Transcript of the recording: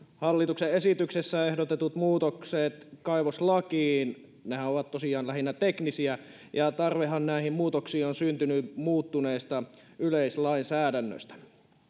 hallituksen esityksessä ehdotetut muutokset kaivoslakiin ovat tosiaan lähinnä teknisiä ja tarvehan näihin muutoksiin on on syntynyt muuttuneesta yleislainsäädännöstä